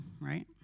right